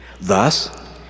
Thus